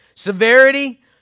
severity